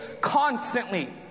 constantly